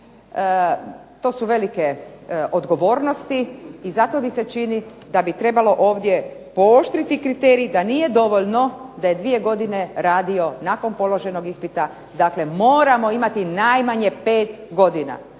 To su velike odgovornosti i zato mi se čini da bi trebalo ovdje pooštriti kriterij da nije dovoljno da je dvije godine radio nakon položenog ispita. Dakle, moramo imati najmanje pet godina.